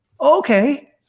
Okay